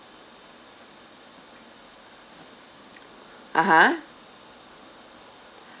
(uh huh)